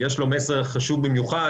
יש מסר חשוב במיוחד.